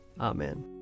Amen